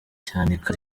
cyanika